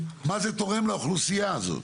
מה זה תורם לאוכלוסייה הזאת.